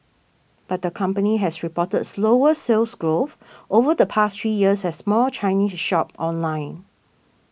but the company has reported slower Sales Growth over the past three years as more Chinese shop online